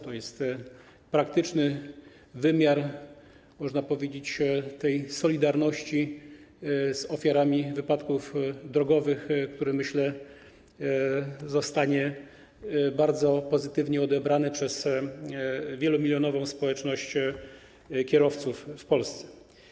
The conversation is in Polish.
To jest praktyczny wymiar, można powiedzieć, tej solidarności z ofiarami wypadków drogowych, który zostanie bardzo pozytywnie odebrany przez wielomilionową społeczność kierowców w Polsce.